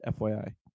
FYI